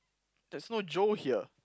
there's no Joe here